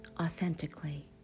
authentically